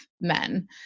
men